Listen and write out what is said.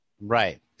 Right